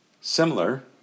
similar